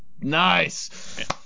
Nice